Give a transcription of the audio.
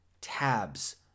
tabs